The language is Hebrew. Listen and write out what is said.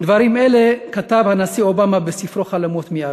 דברים אלה כתב הנשיא אובמה בספרו "חלומות מאבי".